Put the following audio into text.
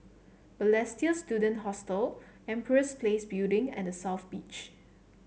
Balestier Student Hostel Empress Place Building and The South Beach